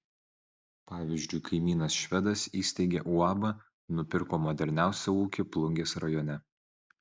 pavyzdžiui kaimynas švedas įsteigė uabą nupirko moderniausią ūkį plungės rajone